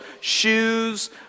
shoes